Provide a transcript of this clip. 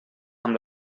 amb